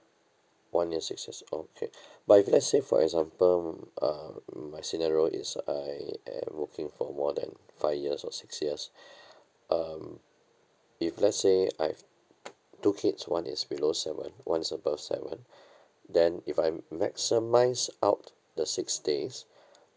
one year six years okay but if let's say for example mm uh my scenario is I at working for more than five years or six years um if let's say I've two kids one is below seven one is above seven then if I maximise out the six days